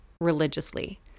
religiously